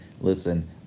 listen